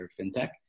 fintech